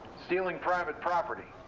stealing private property,